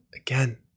again